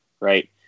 right